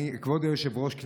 כבוד היושב-ראש,